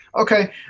Okay